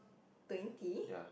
twenty